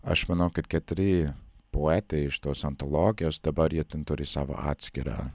aš manau kad keturi poetai iš tos antologijos dabar jie ten turi savo atskirą